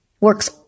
works